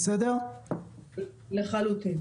לחלוטין.